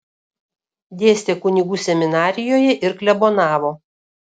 dėstė kunigų seminarijoje ir klebonavo